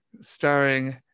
starring